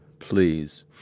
please.